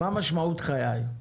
מה משמעות חיי?